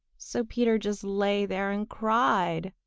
so peter just lay there and cried.